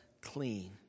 clean